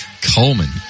Coleman